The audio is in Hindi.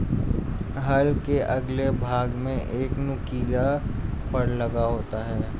हल के अगले भाग में एक नुकीला फर लगा होता है